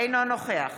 אינו נוכח